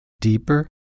deeper